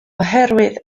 oherwydd